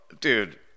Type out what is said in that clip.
dude